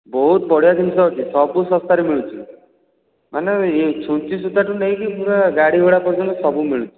ବହୁତ ବଢ଼ିଆ ଜିନିଷ ଅଛି ସବୁ ଶସ୍ତାରେ ମିଳୁଛି ମାନେ ଏଇ ଛୁଞ୍ଚି ସୂତାଠୁ ନେଇକି ପୁରା ଗାଡ଼ି ଘୋଡ଼ା ପର୍ଯ୍ୟନ୍ତ ସବୁ ମିଳୁଛି